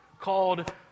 called